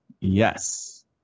Yes